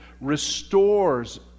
restores